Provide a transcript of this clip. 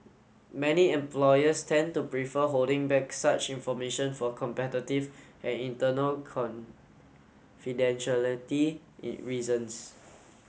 many employers tend to prefer holding back such information for competitive and internal confidentiality reasons